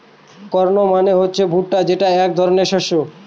corn মানে হচ্ছে ভুট্টা যেটা এক ধরনের শস্য